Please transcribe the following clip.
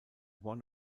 one